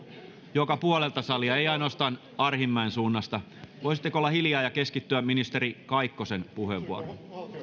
joka puolelta salia ei ainoastaan arhinmäen suunnasta voisitteko olla hiljaa ja keskittyä ministeri kaikkosen puheenvuoroon